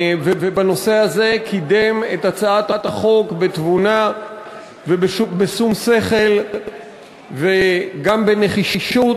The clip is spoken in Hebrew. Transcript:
ובנושא הזה הוא קידם את הצעת החוק בתבונה ובשום שכל וגם בנחישות.